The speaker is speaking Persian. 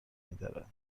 میدارد